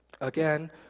Again